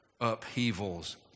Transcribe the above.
upheavals